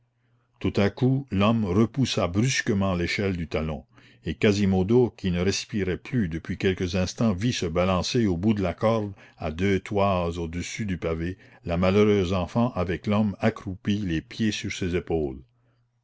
tout à coup l'homme repoussa brusquement l'échelle du talon et quasimodo qui ne respirait plus depuis quelques instants vit se balancer au bout de la corde à deux toises au-dessus du pavé la malheureuse enfant avec l'homme accroupi les pieds sur ses épaules